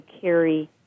carry